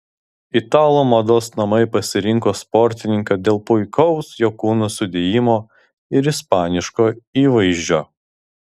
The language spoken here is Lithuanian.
italų mados namai pasirinko sportininką dėl puikaus jo kūno sudėjimo ir ispaniško įvaizdžio